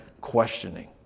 questioning